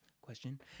question